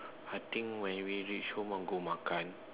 I think when we reach home I want go makan